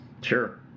sure